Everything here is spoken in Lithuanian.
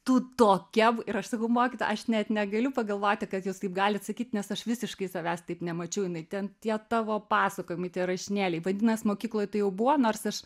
tu tokia ir aš sakau mokytoja aš net negaliu pagalvoti kad jūs taip galit sakyt nes aš visiškai savęs taip nemačiau jinai ten tie tavo pasakojimai tie rašinėliai vadinas mokykloj tai jau buvo nors aš